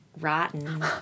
rotten